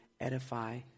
edify